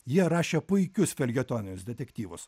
jie rašė puikius feljetoninius detektyvus